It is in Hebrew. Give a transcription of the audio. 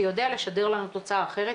שיודע לשדר לנו תוצאה אחרת.